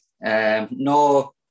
no